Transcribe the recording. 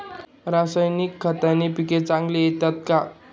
रासायनिक खताने पिके चांगली येतात का?